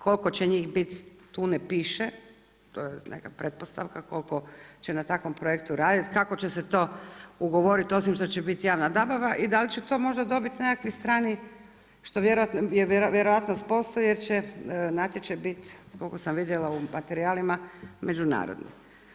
Koliko će njih biti tu ne piše, to je neka pretpostavka koliko će na takvom projektu raditi, kako će se to ugovoriti osim što će biti javna nabava i da li će to možda dobiti nekakvi strani, što vjerojatno postoji jer će natječaj biti koliko sam vidjela u materijalima međunarodni.